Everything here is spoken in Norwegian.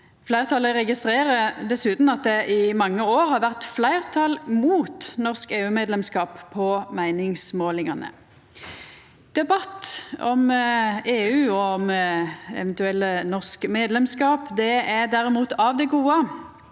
Fleirtalet registrerer dessutan at det i mange år har vore fleirtal mot norsk EUmedlemskap på meiningsmålingane. Debatt om EU og om eventuelt norsk medlemskap er derimot av det gode.